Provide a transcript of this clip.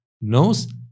nose